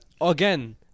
again